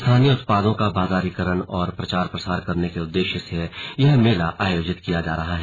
स्थानीय उत्पादों का बाजारीकरण और प्रचार प्रसार करने के उद्देश्य से यह मेला आयोजित किया जा रहा है